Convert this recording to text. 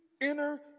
inner